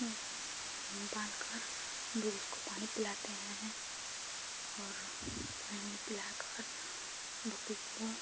बाँधकर वह उसको पानी पिलाते हैं और पानी पिलाकर बकरी को